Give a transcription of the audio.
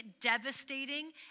devastating